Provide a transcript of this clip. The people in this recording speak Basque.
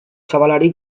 zabalari